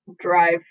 drive